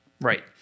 right